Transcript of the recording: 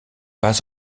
pas